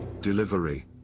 Delivery